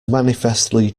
manifestly